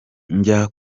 njya